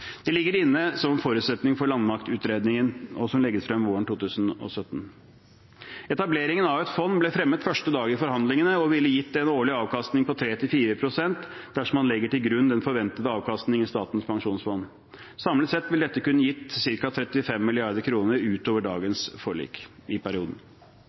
Det ligger inne som forutsetning for landmaktutredningen, som legges frem våren 2017. Etableringen av et fond ble fremmet første dag i forhandlingene og ville gitt en årlig avkastning på 3–4 pst. dersom man legger til grunn den forventede avkastning i Statens pensjonsfond utland. Samlet sett ville dette kunne gitt ca. 35 mrd. kr utover dagens forlik i perioden.